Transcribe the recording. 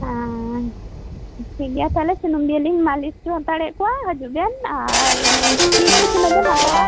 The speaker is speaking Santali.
ᱦᱮᱸ ᱴᱷᱤᱠ ᱜᱮᱭᱟ ᱛᱟᱦᱚᱞᱮ ᱥᱩᱱᱩᱢ ᱫᱤᱭᱮᱞᱤᱧ ᱢᱟᱹᱞᱤᱥ ᱦᱚᱪᱚ ᱦᱟᱛᱟᱲᱮᱫ ᱠᱚᱣᱟ ᱦᱤᱡᱩᱜ ᱵᱮᱱ ᱟᱨ ᱯᱷᱤ ᱠᱚ ᱛᱤᱱᱢᱟᱹᱜ ᱵᱮᱱ ᱦᱟᱛᱟᱣᱟ